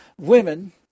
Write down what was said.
women